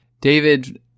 David